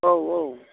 औ औ